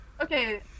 Okay